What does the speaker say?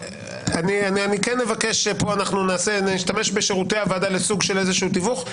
אנחנו נשתמש בשירותי הוועדה לסוג של איזשהו תיווך,